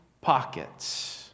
pockets